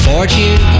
Fortune